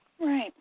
Right